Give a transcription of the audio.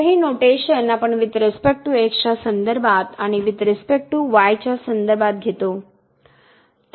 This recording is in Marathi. तर हे नोटेशन आपण वुईथ रिस्पेक्ट टू x च्या संदर्भात आणि वुईथ रिस्पेक्ट टू y च्या संदर्भात घेतो